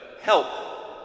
help